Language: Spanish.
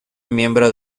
miembro